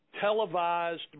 televised